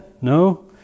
No